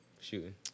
shooting